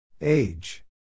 Age